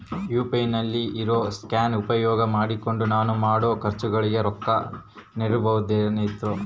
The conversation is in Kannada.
ಯು.ಪಿ.ಐ ನಲ್ಲಿ ಇರೋ ಸ್ಕ್ಯಾನ್ ಉಪಯೋಗ ಮಾಡಿಕೊಂಡು ನಾನು ಮಾಡೋ ಖರ್ಚುಗಳಿಗೆ ರೊಕ್ಕ ನೇಡಬಹುದೇನ್ರಿ?